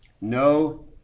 no